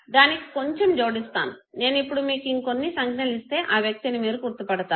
దానికి కొంచం జోడిస్తాను నేను ఇప్పుడు మీకు ఇంకొన్ని సంజ్ఞలు ఇస్తే ఆ వ్యక్తిని మీరు గుర్తుపడతారా